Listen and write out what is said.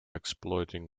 exploiting